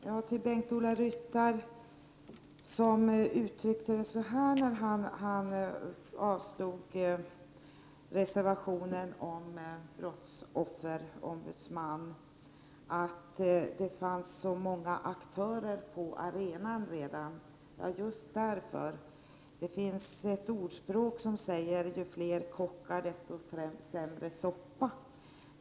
Fru talman! Bengt-Ola Ryttar uttryckte sig så här, när han yrkade avslag på reservationen om en brottsofferombudsman: Det finns så många aktörer på arenan redan. Ja, just därför! Det finns ett ordspråk som lyder: Ju fler kockar desto sämre soppa.